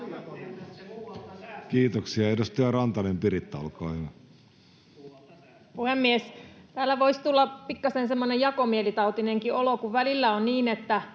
Kiitoksia. — Edustaja Rantanen, Piritta, olkaa hyvä. Puhemies! Täällä